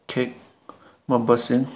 ꯈꯦꯠꯅꯕꯁꯤꯡ